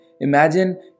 Imagine